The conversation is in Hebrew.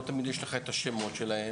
לא תמיד יש לך את השמות שלהם,